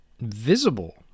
visible